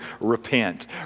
repent